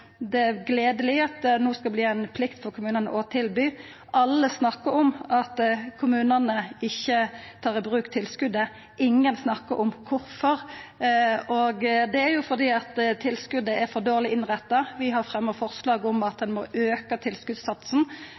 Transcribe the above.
Det er gledeleg at det no skal verta ei plikt for kommunane å tilby det. Alle snakkar om at kommunane ikkje tar i bruk tilskotet. Ingen snakkar om kvifor. Det er fordi tilskotet er for dårleg innretta. Vi har fremja forslag om at ein må auka tilskotssatsen,